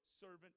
servant